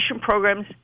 programs